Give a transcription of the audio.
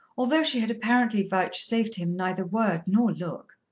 although she had apparently vouchsafed him neither word nor look.